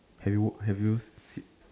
have you have you fix